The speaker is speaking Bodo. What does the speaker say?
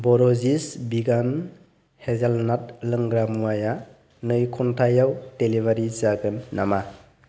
बर'जिस बिगान हेजालनाट लोंग्रा मुवाया नै घन्टायाव डेलिभारि जागोन नामा